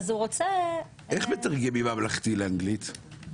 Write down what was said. אז הוא רוצה --- איך מתרגמים ממלכתי לאנגלית?